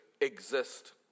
exist